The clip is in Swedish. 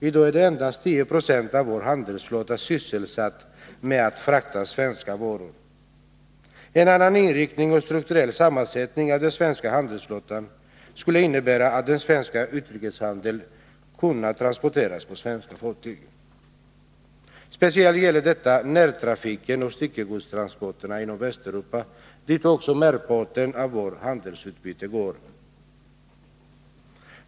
I dag är endast 10 96 av vår handelsflotta sysselsatt med att frakta svenska varor. En annan inriktning och strukturell sammansättning av den svenska handelsflottan skulle innebära att varorna i den svenska utrikeshandeln kunde transporteras på svenska fartyg. Speciellt gäller detta närtrafiken och styckegodstransporterna inom Västeuropa, dit också merparten av vårt handelsutbyte går.